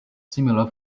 similar